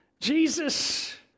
Jesus